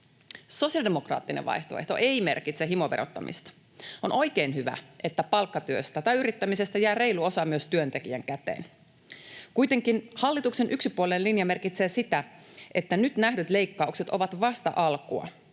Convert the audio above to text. Sosiaalidemokraattinen vaihtoehto ei merkitse himoverottamista. On oikein hyvä, että palkkatyöstä tai yrittämisestä jää reilu osa myös työntekijän käteen. Kuitenkin hallituksen yksipuolinen linja merkitsee sitä, että nyt nähdyt leikkaukset ovat vasta alkua.